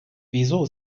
wieso